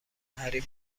امهری